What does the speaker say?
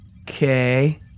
okay